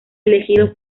elegido